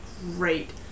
great